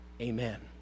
Amen